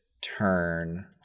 turn